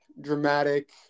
dramatic